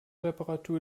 reparatur